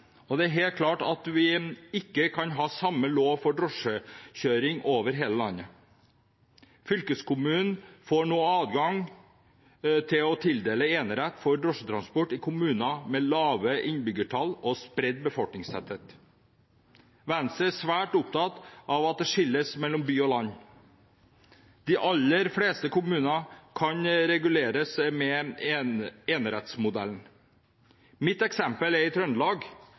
og det er helt klart at vi ikke kan ha samme lov for drosjekjøring over hele landet. Fylkeskommunene får nå adgang til å tildele enerett for drosjetransport i kommuner med lave innbyggertall og spredt bosetting. Venstre er svært opptatt av at det skilles mellom by og land. De aller fleste kommuner kan reguleres med enerettsmodellen. Mitt eksempel er fra Trøndelag, hvor det er bare drosjene i